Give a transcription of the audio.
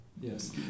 yes